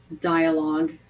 dialogue